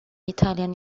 italian